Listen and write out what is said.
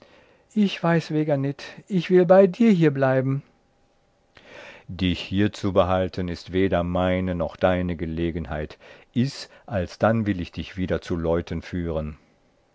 ich weiß weger nit ich will bei dir hier bleiben einsied dich hier zu behalten ist weder meine noch deine gelegenheit iß alsdann will ich dich wieder zu leuten führen